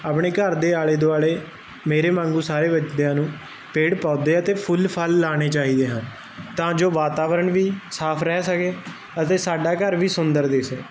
ਆਪਣੇ ਘਰ ਦੇ ਆਲੇ ਦੁਆਲੇ ਮੇਰੇ ਵਾਂਗੂ ਸਾਰੇ ਬੱਚਿਆਂ ਨੂੰ ਪੇੜ ਪੌਦੇ ਆ ਤੇ ਫੁੱਲ ਫਲ ਲਾਣੇ ਚਾਹੀਦੇ ਹਨ ਤਾਂ ਜੋ ਵਾਤਾਵਰਨ ਵੀ ਸਾਫ ਰਹਿ ਸਕੇ ਅਤੇ ਸਾਡਾ ਘਰ ਵੀ ਸੁੰਦਰ ਦਿਸੇ